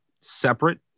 separate